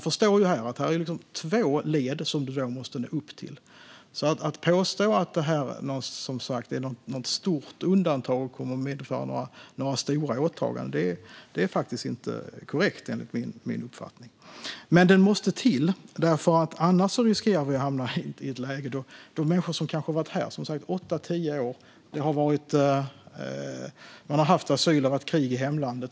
Det är alltså två led som man måste nå upp till. Att påstå att det är ett stort undantag som kommer att medföra stora åtaganden är inte korrekt, enligt min uppfattning. Men undantaget måste till, för annars riskerar vi ett orimligt läge för människor som kanske har varit här i åtta tio år och som har haft asyl därför att det har varit krig i hemlandet.